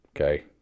okay